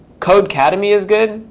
codecademy is good.